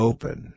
Open